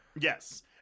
Yes